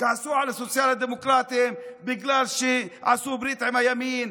כעסו על הסוציאל-דמוקרטים בגלל שעשו ברית עם הימין,